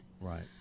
right